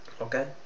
okay